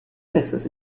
احساسی